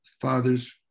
father's